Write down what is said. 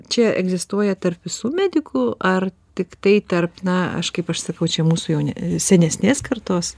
čia egzistuoja tarp visų medikų ar tiktai tarp na aš kaip aš sakau čia mūsų jau ne senesnės kartos